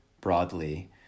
broadly